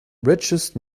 richest